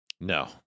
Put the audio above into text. no